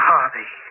Harvey